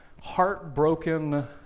heartbroken